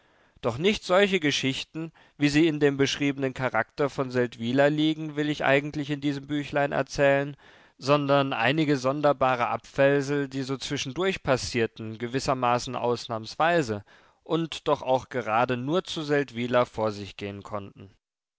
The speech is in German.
doch nicht solche geschichten wie sie in dem beschriebenen charakter von seldwyla liegen will ich eigentlich in diesem büchlein erzählen sondern einige sonderbare abfällsel die so zwischendurch passierten gewissermaßen ausnahmsweise und doch auch gerade nur zu seldwyla vor sich gehen konnten